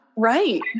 right